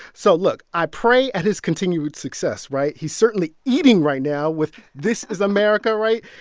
so look. i pray at his continued success, right? he's certainly eating right now with this is america, right?